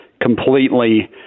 completely